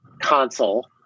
console